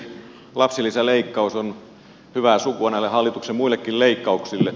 lapsilisäleikkaus on hyvää sukua näille hallituksen muillekin leikkauksille